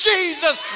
Jesus